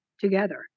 together